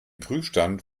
prüfstand